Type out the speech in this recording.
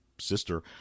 sister